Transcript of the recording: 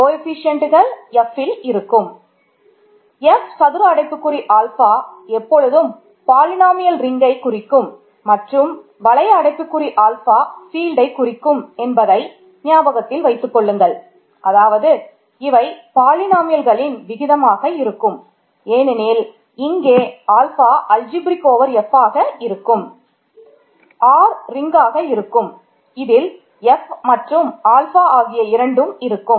F சதுர அடைப்புக்குறி alpha Fஆக இருக்கும்